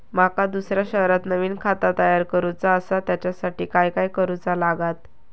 माका दुसऱ्या शहरात नवीन खाता तयार करूचा असा त्याच्यासाठी काय काय करू चा लागात?